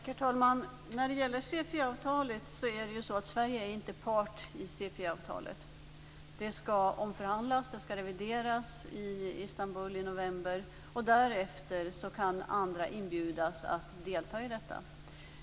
Herr talman! När det gäller CFE-avtalet är Sverige inte part i det avtalet. Det skall omförhandlas och revideras i Istanbul i november. Därefter kan andra inbjudas att ansluta sig.